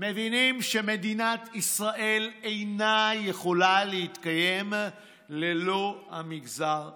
מבינים שמדינת ישראל אינה יכולה להתקיים ללא המגזר השלישי.